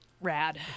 Rad